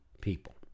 people